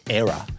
era